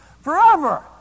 Forever